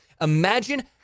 Imagine